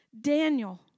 Daniel